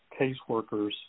caseworkers